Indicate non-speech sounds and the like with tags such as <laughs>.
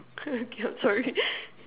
okay I'm sorry <laughs>